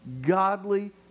godly